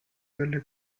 delle